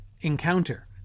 encounter